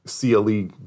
CLE